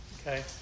Okay